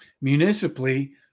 Municipally